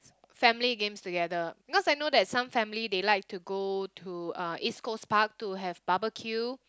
family games together cause I know that some family they like to go to uh East Coast Park to have barbecue